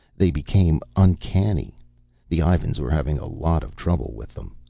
they became uncanny the ivans were having a lot of trouble with them.